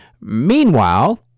Meanwhile